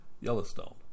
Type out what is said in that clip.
Yellowstone